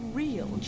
real